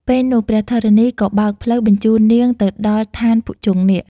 ពេលនោះ ព្រះធរណីក៏បើកផ្លូវបញ្ជូននាងទៅដល់ឋានភុជង្គនាគ។